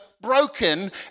broken